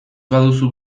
baduzu